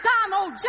Donald